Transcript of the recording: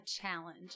challenge